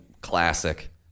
classic